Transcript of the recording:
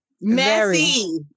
Messy